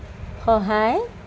সহায়